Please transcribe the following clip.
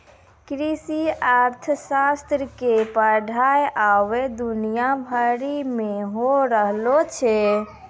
कृषि अर्थशास्त्र के पढ़ाई अबै दुनिया भरि मे होय रहलो छै